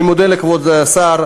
אני מודה לכבוד השר,